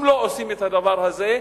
אם לא עושים את הדבר הזה,